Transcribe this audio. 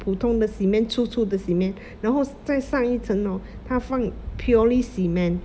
普通的 cement 粗粗的 cement 然后再上一层 hor 他放 purely cement